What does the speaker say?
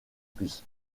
plus